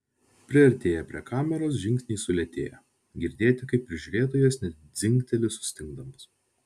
priartėję prie kameros žingsniai sulėtėja girdėti kaip prižiūrėtojas net dzingteli sustingdamas